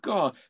God